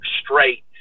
straight